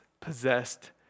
possessed